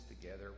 together